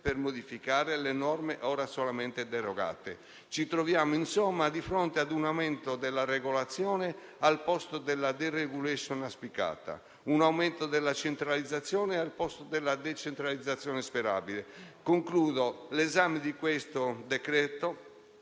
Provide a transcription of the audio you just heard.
per modificare le norme ora solamente derogate. Ci troviamo, insomma, di fronte a un aumento della regolazione al posto della *deregulation* auspicata e a un aumento della centralizzazione al posto della decentralizzazione sperabile. L'esame di questo decreto-legge